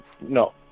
No